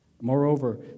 Moreover